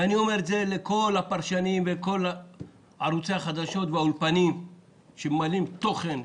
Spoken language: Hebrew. ואני אומר את זה לכל הפרשנים ולכל ערוצי החדשות והאולפנים שממלאים תוכן.